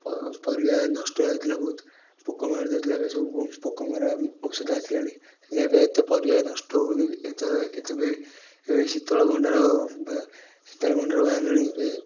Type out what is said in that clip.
ପରିବା ନଷ୍ଟ ହୋଇଯାଉଥିଲା ବହୁତ ପୋକ ମାରି ଦେଉଥିଲେ ଏବେ ସବୁ ପୋକମରା ଔଷଧ ଆସିଲାଣି ସେଥିପାଇଁ ଏତେ ପରିବା ନଷ୍ଟ ହେଉନି ଏଥିପାଇଁ ଏବେ ଶୀତଳ ଭଣ୍ଡାର ବ ଶୀତଳ ଭଣ୍ଡାର ବାହାରିଲାଣି ଏବେ